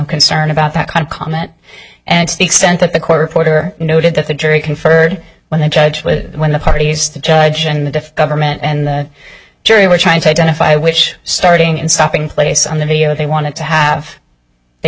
concern about that kind of comment and it's the extent that the court reporter noted that the jury conferred when the judge would when the parties the judge and the diff government and the jury were trying to identify which starting and stopping place on the video they wanted to have they